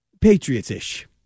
Patriots-ish